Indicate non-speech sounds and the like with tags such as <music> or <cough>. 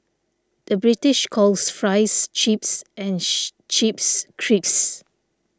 the British calls Fries Chips and <noise> Chips Crisps